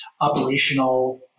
operational